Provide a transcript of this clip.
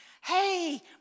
Hey